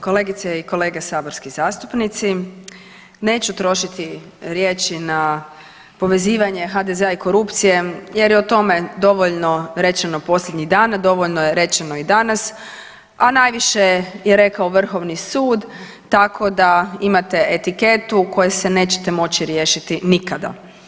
Kolegice i kolege saborski zastupnici, neću trošiti riječi na povezivanje HDZ-a i korupcije jer je o tome dovoljno rečeno posljednjih dana, dovoljno je rečeno i danas, a najviše je rekao Vrhovni sud tako da imate etiketu koje se nećete moći riješiti nikada.